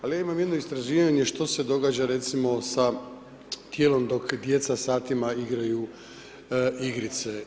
Ali ja imam jedno istraživanje što se događa recimo sa tijelom dok djeca satima igraju igrice.